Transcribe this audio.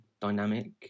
dynamic